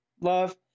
love